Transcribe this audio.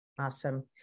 Awesome